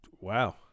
wow